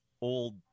old